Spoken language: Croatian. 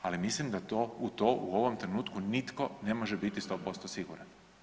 Ali mislim da u to u ovom trenutku nitko ne može biti 100% siguran.